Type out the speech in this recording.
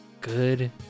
good